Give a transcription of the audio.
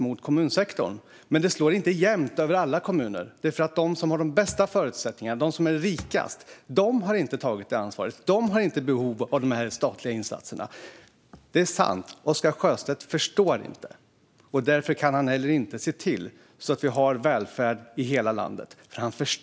Men det slår inte jämnt över alla kommuner, därför att de som har de bästa förutsättningarna, de som är rikast, har inte tagit ansvaret och har inte behov av de här statliga insatserna. Oscar Sjöstedt förstår inte och kan därför inte heller se till att vi har välfärd i hela landet.